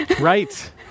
Right